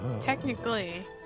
Technically